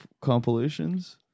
compilations